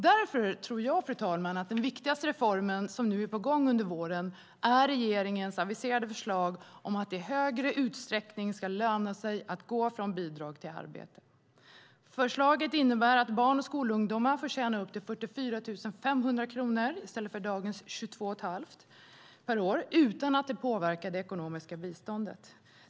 Därför tror jag, fru talman, att det viktigaste som nu är på gång under våren är regeringens aviserade förslag om att det i större utsträckning ska löna sig att gå från bidrag till arbete. Förslaget innebär att barn och skolungdomar får tjäna upp till 44 500 kronor i stället för dagens 22 500 kronor per år utan att det påverkar det ekonomiska biståndet.